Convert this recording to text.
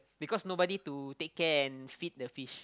because nobody to take care and feed the fish